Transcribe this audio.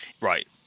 Right